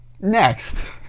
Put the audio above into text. Next